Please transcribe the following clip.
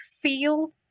feel